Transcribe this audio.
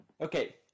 Okay